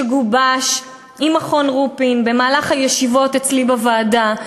שגובש עם מכון רופין במהלך הישיבות אצלי בוועדה,